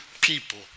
people